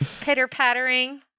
pitter-pattering